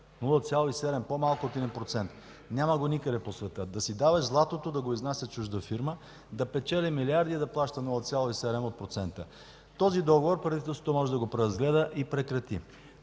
– по-малко от 1%. Няма го никъде по света! Да си даваш златото да го изнася чужда фирма, да печели милиарди и да плаща 0,7 от процента. Този договор правителството може да го преразгледа и прекрати.